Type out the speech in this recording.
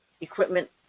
equipment